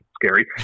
scary